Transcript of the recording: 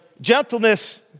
Gentleness